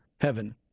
Heaven